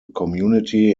community